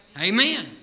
Amen